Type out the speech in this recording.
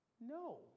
No